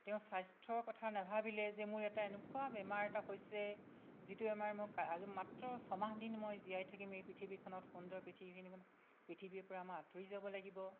তেওঁ স্বাস্থ্যৰ কথা নেভাবিলে যে মোৰ এনেকুৱা বেমাৰ এটা হৈছে যিটো বেমাৰ মোৰ আৰু মাত্ৰ ছমাহ দিন মই জীয়াই থাকিম এই পৃথিৱীখনত সুন্দৰ পৃথিৱীখন পৃথিৱীৰ পৰা মই আঁতৰি যাব লাগিব